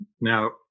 Now